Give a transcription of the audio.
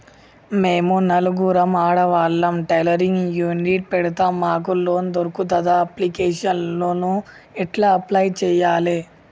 మేము నలుగురం ఆడవాళ్ళం టైలరింగ్ యూనిట్ పెడతం మాకు లోన్ దొర్కుతదా? అప్లికేషన్లను ఎట్ల అప్లయ్ చేయాలే?